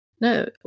No